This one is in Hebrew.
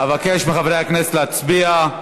אבקש מחברי הכנסת להצביע.